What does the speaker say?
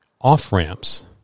off-ramps